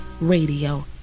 Radio